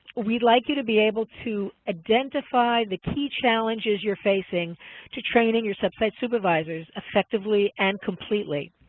we'd like you to be able to identify the key challenges you're facing to training your sub-site supervisors effectively and completely,